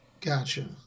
Gotcha